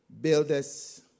Builders